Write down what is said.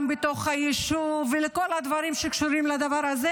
בתוך היישוב ולכל הדברים שקשורים לדבר הזה,